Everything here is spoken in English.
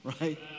right